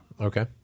Okay